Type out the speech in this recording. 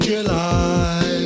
July